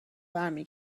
برمی